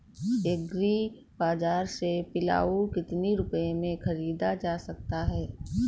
Agree बाजार से पिलाऊ कितनी रुपये में ख़रीदा जा सकता है?